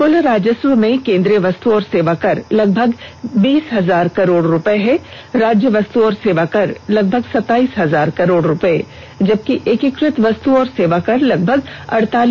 कुल राजस्व में केंद्रीय वस्तु और सेवा कर लगभग बीस हजार करोड़ रुपये है राज्य वस्त और सेवा कर लगभग सत्ताईस हजार करोड़ रुपये है और एकीकृत वस्तु और सेवाकर लगभग अड़तालीस हजार करोड़ रुपये है